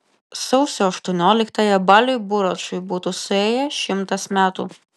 sausio aštuonioliktąją baliui buračui būtų suėję šimtas metų